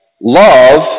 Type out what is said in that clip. love